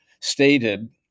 stated